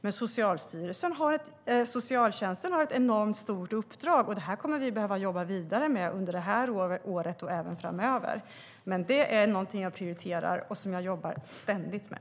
Men socialtjänsten har ett enormt stort uppdrag, och detta kommer vi att behöva jobba vidare med under detta år och även framöver. Men det är någonting som jag prioriterar och som jag ständigt jobbar med.